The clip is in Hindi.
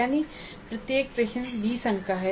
यानी प्रत्येक प्रश्न 20 अंक का है